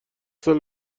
سال